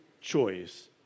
choice